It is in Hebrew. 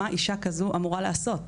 מה אישה כזו אמורה לעשות?